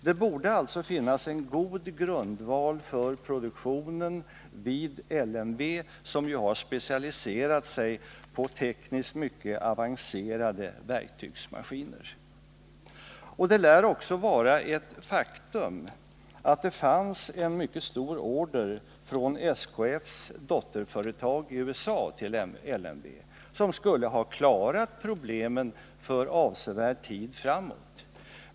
Det borde alltså finnas en god grundval för produktionen vid LMV, som ju har specialiserats på tekniskt mycket avancerade verktygsmaskiner. Det lär också vara ett faktum att det från SKF:s dotterföretag i USA fanns en mycket stor order till LMV. Denna order skulle ha klarat problemen för avsevärd tid framåt.